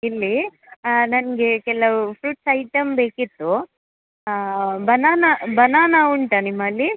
ಇಲ್ಲಿ ನನಗೆ ಕೆಲವು ಫ್ರುಟ್ಸ್ ಐಟಮ್ ಬೇಕಿತ್ತು ಬನಾನ ಬನಾನ ಉಂಟಾ ನಿಮ್ಮಲ್ಲಿ